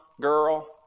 girl